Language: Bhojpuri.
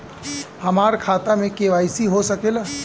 हमार खाता में के.वाइ.सी हो सकेला?